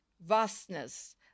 vastness